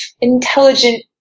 intelligent